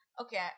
Okay